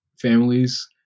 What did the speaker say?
families